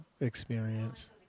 experience